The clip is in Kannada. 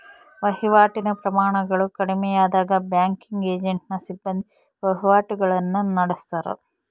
ವಹಿವಾಟಿನ ಪ್ರಮಾಣಗಳು ಕಡಿಮೆಯಾದಾಗ ಬ್ಯಾಂಕಿಂಗ್ ಏಜೆಂಟ್ನ ಸಿಬ್ಬಂದಿ ವಹಿವಾಟುಗುಳ್ನ ನಡತ್ತಾರ